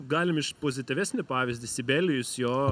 galim iš pozityvesnį pavyzdį sibelijus jo